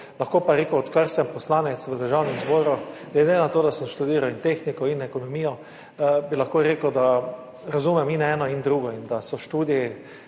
vezani na usodo. Odkar sem poslanec v Državnem zboru, glede na to, da sem študiral tehniko in ekonomijo, bi lahko rekel, da razumem in eno in drugo in da so študiji